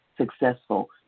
successful